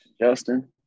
Justin